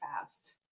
fast